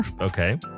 Okay